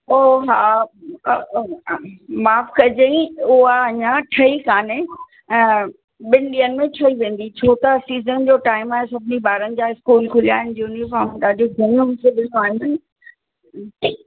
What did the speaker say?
उहो हा माफ़ कजे उहा अञा ठही कोन्हे ऐं ॿिनि ॾींहनि में ठही वेंदी छो त सीज़न जो टाइम आहे सभिनी ॿारनि जा स्कूल खुलिया आहिनि युनिफॉम ॾाढियूं घणियूं सिबणियूं आहिनि